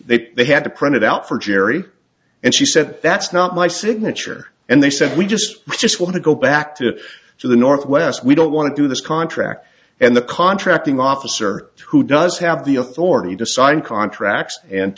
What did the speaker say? they they had to print it out for jerry and she said that's not my signature and they said we just just want to go back to to the northwest we don't want to do this contract and the contracting officer who does have the authority to sign contracts and